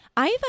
Iva